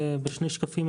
בשני שקפים,